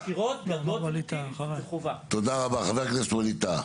חבר הכנסת ווליד טאהא,